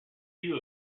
few